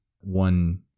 one